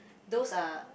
those are